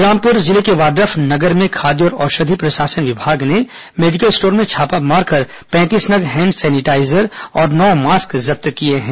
बलरामपुर जिले के वाड्रफनगर में खाद्य और औषधि प्रशासन विभाग ने एक मेडिकल स्टोर्स में छापा मारकर पैंतीस नग हैंड सैनिटाईजर और नौ मास्क जब्त किए हैं